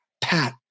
pat